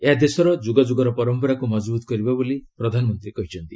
ଏହା ଦେଶର ଯୁଗଯୁଗର ପରମ୍ପରାକୁ ମଜବୁତ କରିବ ବୋଲି ପ୍ରଧାନମନ୍ତ୍ରୀ କହିଛନ୍ତି